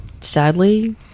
sadly